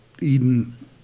Eden